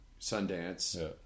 Sundance